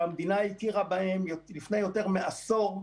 שהמדינה הכירה בהן לפני יותר מעשור,